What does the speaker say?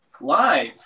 Live